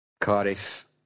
Cardiff